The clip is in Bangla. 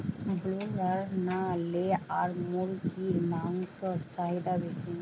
ব্রলার না লেয়ার মুরগির মাংসর চাহিদা বেশি?